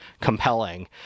compelling